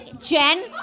Jen